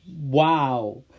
wow